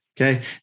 Okay